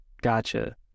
Gotcha